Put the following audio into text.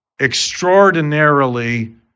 extraordinarily